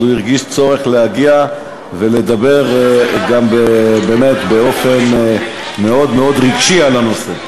אז הוא הרגיש צורך להגיע וגם לדבר באופן מאוד מאוד רגשי על הנושא.